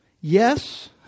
Yes